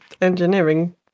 engineering